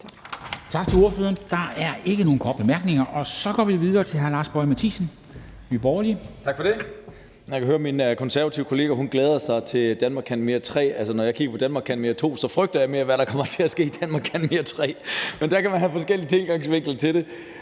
Tak til ordføreren. Der er ikke nogen korte bemærkninger, og så går vi videre til hr. Lars Boje Mathiesen, Nye Borgerlige. Kl. 10:44 (Ordfører) Lars Boje Mathiesen (NB): Tak for det. Jeg kan høre, at min konservative kollega glæder sig til Danmark kan mere III. Altså, når jeg kigger på »Danmark kan mere II«, så frygter jeg mere, hvad der kommer til at ske i Danmark kan mere III, men det kan man have forskellige tilgange til.